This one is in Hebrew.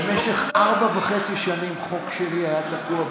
במשך ארבע וחצי שנים חוק שלי היה תקוע בוועדה.